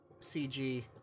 CG